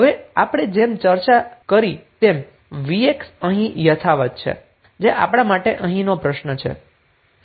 હવે આપણે જેમ ચર્ચા તેમ vx અહીં યથાવત છે જે આપણા માટે અહીં પ્રશ્ન છે